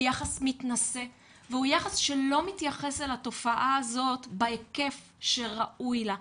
הוא יחס מתנשא והוא יחס שלא מתייחס לתופעה הזאת בהיקף שראוי לה.